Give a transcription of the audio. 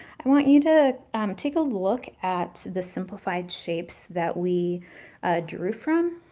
i want you to um take a look at the simplified shapes that we drew from,